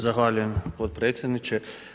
Zahvaljujem potpredsjedniče.